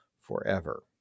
forever